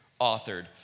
authored